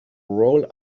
role